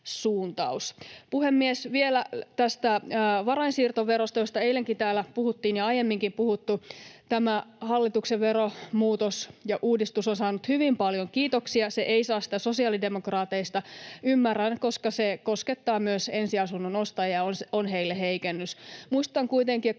suuntaus. Puhemies! Vielä tästä varainsiirtoverosta, josta eilenkin täällä puhuttiin ja aiemminkin on puhuttu. Tämä hallituksen veromuutos ja ‑uudistus on saanut hyvin paljon kiitoksia. Se ei saa sitä sosiaalidemokraateilta. Ymmärrän, koska se koskettaa myös ensiasunnon ostajia ja on heille heikennys. Muistutan kuitenkin, että